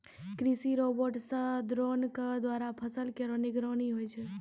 कृषि रोबोट सह द्रोण क द्वारा फसल केरो निगरानी होय छै